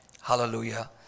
Hallelujah